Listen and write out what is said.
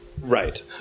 Right